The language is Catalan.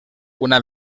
una